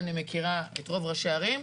ואני מכירה את רוב ראשי הערים,